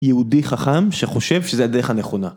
יהודי חכם שחושב שזה הדרך הנכונה.